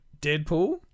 Deadpool